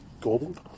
Golden